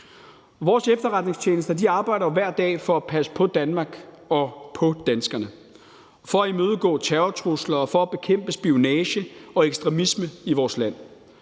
Vores efterretningstjenester arbejder jo hver dag for at passe på Danmark og på danskerne for at imødegå terrortrusler og for at bekæmpe spionage og ekstremisme i vores land.